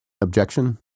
objection